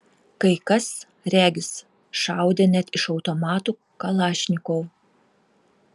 kai kas regis šaudė net iš automatų kalašnikov